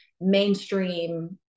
mainstream